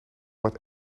wat